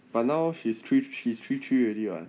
but now she's three three three three already [what]